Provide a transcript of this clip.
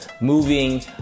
moving